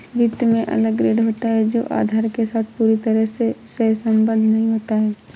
वित्त में अलग ग्रेड होता है जो आधार के साथ पूरी तरह से सहसंबद्ध नहीं होता है